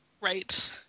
Right